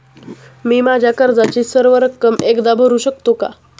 मी माझ्या कर्जाची सर्व रक्कम एकदा भरू शकतो का?